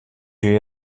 you